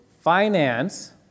finance